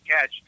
catch